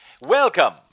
Welcome